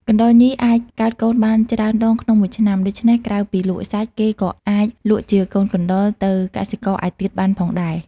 កណ្តុរញីអាចកើតកូនបានច្រើនដងក្នុងមួយឆ្នាំ ដូច្នេះក្រៅពីលក់សាច់ គេក៏អាចលក់ជាកូនកណ្តុរទៅកសិករឯទៀតបានផងដែរ។